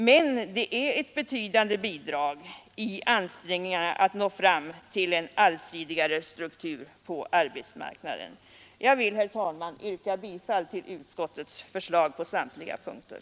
Men det är ett betydande bidrag i ansträngningarna att nå fram till en allsidigare struktur på arbetsmarknaden. Jag vill, herr talman, yrka bifall till utskottets förslag på samtliga punkter.